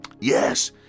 yes